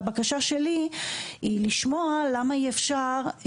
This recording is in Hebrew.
והבקשה שלי היא לשמוע למה אי אפשר?